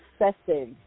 excessive